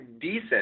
decent